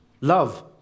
love